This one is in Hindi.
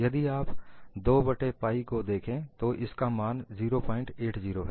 यदि आप 2 बट्टे पाइ को देखें तो इस का मान 080 है